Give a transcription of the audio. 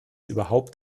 überhaupt